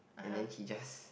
and then he just